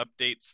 updates